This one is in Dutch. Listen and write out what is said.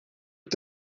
het